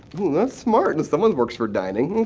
that's smart. and someone works for dining. and